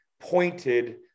pointed